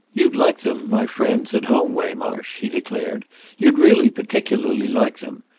you'd like them, my friends at home, waymarsh, he declared you'd really particularly like them.